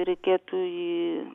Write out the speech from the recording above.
reikėtų į